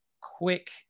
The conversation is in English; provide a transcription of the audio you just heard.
quick